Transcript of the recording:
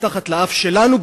מתחת לאף שלנו,